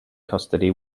custody